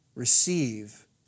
receive